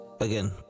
again